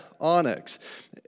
onyx